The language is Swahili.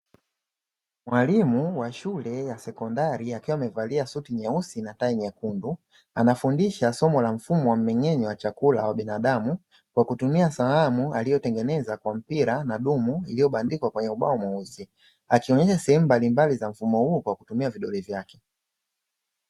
Mwalimu wa shule ya sekondari akiwa amevalia suti nyeusi na tai nyekundu. Anafundisha somo la mfumo wa mmeng'enyo wa chakula wa binadamu kwa kutumia sanamu aliyotengeneza kwa mpira na dumu iliyobandikwa kwenye ubao mweusi, akionyesha sehemu mbalimbali za mfumo huu kwa kutumia vidole vyake.